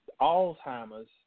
Alzheimer's